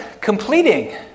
completing